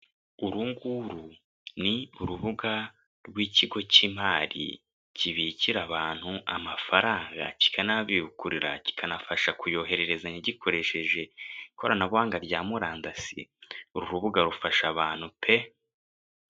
Uru nguru ni urubuga rw'ikigo cy'imari kibikira abantu amafaranga kikana babikurira, kikanabafasha kuyohererezanya gikoresheje ikoranabuhanga rya murandasi, uru rubuga rufasha abantu pe.